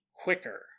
quicker